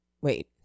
wait